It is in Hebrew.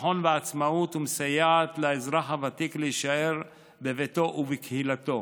ביטחון ועצמאות ומסייעת לאזרח הוותיק להישאר בביתו ובקהילתו.